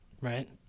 Right